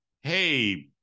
hey